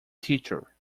teacher